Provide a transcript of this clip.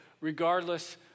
regardless